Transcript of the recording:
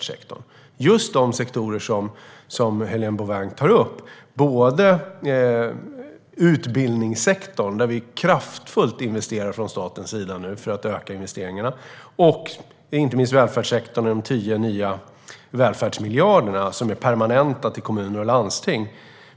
Detta gäller just de sektorer som Helena Bouveng tar upp, både utbildningssektorn, där vi nu investerar kraftfullt från statens sida och ökar investeringarna, och inte minst välfärdssektorn, med de 10 nya permanenta välfärdsmiljarderna till kommuner och landsting.